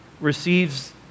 receives